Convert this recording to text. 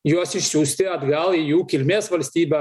juos išsiųsti atgal į jų kilmės valstybę